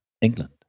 England